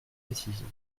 précision